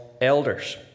elders